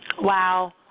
Wow